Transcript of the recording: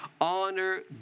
Honor